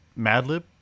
Madlib